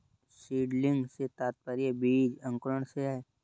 seedling से तात्पर्य बीज अंकुरण से है